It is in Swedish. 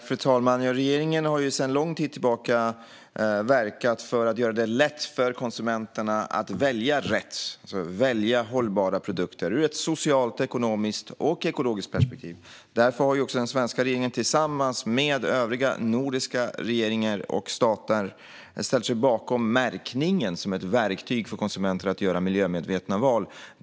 Fru talman! Regeringen har sedan lång tid tillbaka verkat för att göra det lätt för konsumenterna att välja rätt, det vill säga att välja hållbara produkter ur ett socialt, ekonomiskt och ekologiskt perspektiv. Därför har också den svenska regeringen tillsammans med övriga nordiska regeringar och stater ställt sig bakom märkningen som ett verktyg för konsumenter att göra miljömedvetna val.